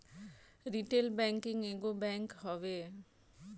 retail banking एगो bank हवे